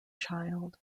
child